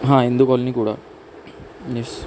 हां Hindu colony Kudal yes